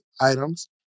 items